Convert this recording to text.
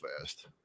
fast